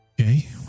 Okay